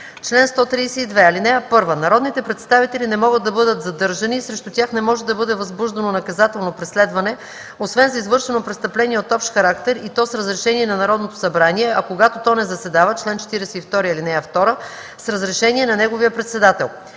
„Чл. 132. (1) Народните представители не могат да бъдат задържани и срещу тях не може да бъде възбуждано наказателно преследване, освен за извършено престъпление от общ характер, и то с разрешение на Народното събрание, а когато то не заседава (чл. 42, ал. 2) - с разрешение на неговия председател.